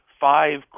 five